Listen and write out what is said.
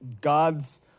God's